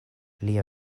lia